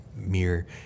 mere